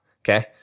okay